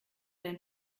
dein